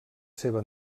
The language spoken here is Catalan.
seva